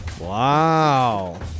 Wow